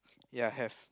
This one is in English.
ya have